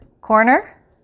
corner